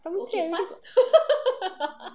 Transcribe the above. primary three I already got